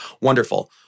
Wonderful